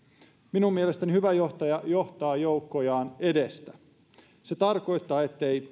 minun mielestäni hyvä johtaja johtaa joukkojaan edestä se tarkoittaa ettei